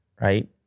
right